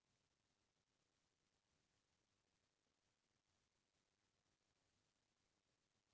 नगरपालिका ह घलोक करजा लेथे जरुरत के हिसाब ले नगर के बिकास करे खातिर